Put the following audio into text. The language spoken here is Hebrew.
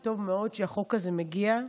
טוב מאוד שהחוק הזה מגיע,